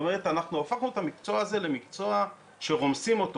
זאת אומרת אנחנו הפכנו את המקצוע הזה למקצוע שרומסים אותו